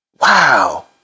Wow